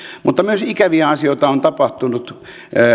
mutta myös ikäviä asioita on tapahtunut